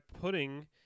putting